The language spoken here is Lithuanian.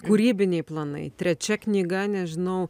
kūrybiniai planai trečia knyga nežinau